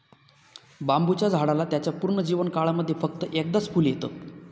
बांबुच्या झाडाला त्याच्या पूर्ण जीवन काळामध्ये फक्त एकदाच फुल येत